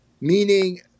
meaning